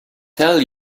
tell